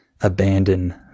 abandon